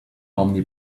omni